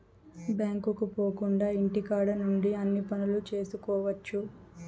బ్యాంకుకు పోకుండా ఇంటికాడ నుండి అన్ని పనులు చేసుకోవచ్చు